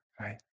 right